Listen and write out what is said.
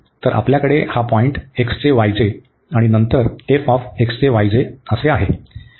तर आपल्याकडे हा पॉईंट आणि नंतर आहे